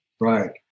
right